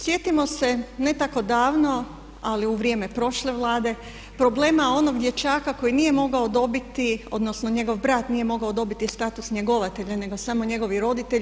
Sjetimo se ne tako davno, ali u vrijeme prošle Vlade problema onog dječaka koji nije mogao dobiti odnosno njegov brat nije mogao dobiti status njegovatelja nego samo njegovi roditelji.